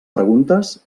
preguntes